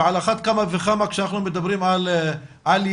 ועל אחת כמה וכמה כשאנחנו מדברים על ילדים,